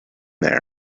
there